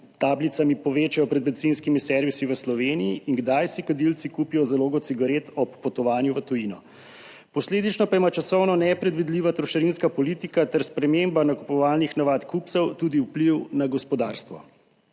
tablicami povečajo pred bencinskimi servisi v Sloveniji in kdaj si kadilci kupijo zalogo cigaret ob potovanju v tujino. Posledično pa ima časovno nepredvidljiva trošarinska politika ter sprememba nakupovalnih navad kupcev tudi vpliv na gospodarstvo.